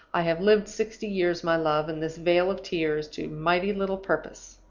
i have lived sixty years, my love, in this vale of tears to mighty little purpose.